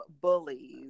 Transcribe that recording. bullies